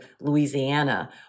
Louisiana